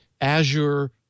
Azure